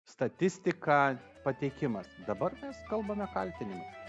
statistika pateikimas dabar mes kalbame kaltinimais